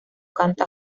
canta